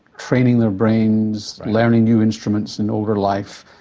training their brains, learning new instruments in older life,